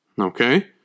Okay